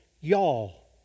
y'all